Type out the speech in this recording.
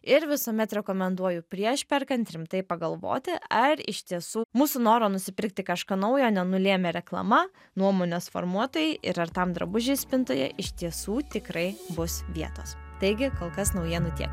ir visuomet rekomenduoju prieš perkant rimtai pagalvoti ar iš tiesų mūsų noro nusipirkti kažką naujo nenulėmė reklama nuomonės formuotojai ir ar tam drabužiai spintoje iš tiesų tikrai bus vietos taigi kol kas naujienų tiek